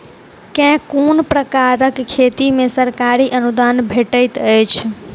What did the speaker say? केँ कुन प्रकारक खेती मे सरकारी अनुदान भेटैत अछि?